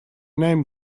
name